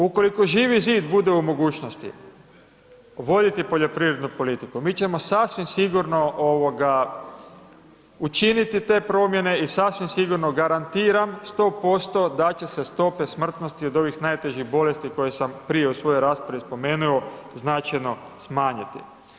Ukoliko Živi zid bude u mogućnosti voditi poljoprivrednu politiku, mi ćemo sasvim sigurno učiniti te promjene i sasvim sigurno, garantiram, 100% da će se stope smrtnosti od ovih najtežih bolesti, koje sam prije u svojoj raspravi spomenuo značajno smanjiti.